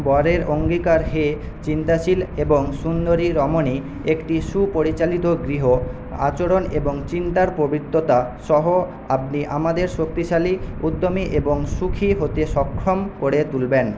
বরের অঙ্গীকার হে চিন্তাশীল এবং সুন্দরী রমণী একটি সুপরিচালিত গৃহ আচরণ এবং চিন্তার পবিত্রতা সহ আপনি আমাদের শক্তিশালী উদ্যমী এবং সুখী হতে সক্ষম করে তুলবেন